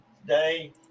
today